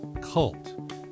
Cult